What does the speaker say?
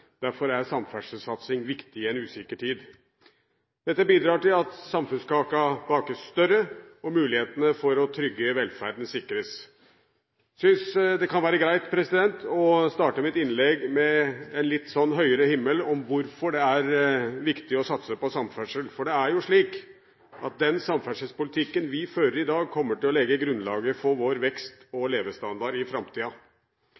Derfor er samferdselssatsing viktig i en usikker tid. Dette bidrar til at samfunnskaken bakes større og mulighetene for å trygge velferden sikres. Jeg synes det kan være greit å starte med et innlegg med en litt sånn høyere himmel, om hvorfor det er viktig å satse på samferdsel. Det er jo slik at den samferdselspolitikken vi fører i dag, kommer til å legge grunnlaget for vår vekst